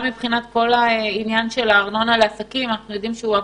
אנחנו כן